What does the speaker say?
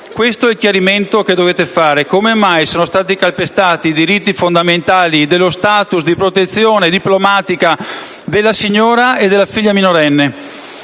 Questo è il chiarimento che dovete dare: come mai sono stati calpestati i diritti fondamentali dello *status* di protezione diplomatica della signora e della figlia minorenne?